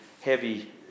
heavy